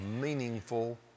meaningful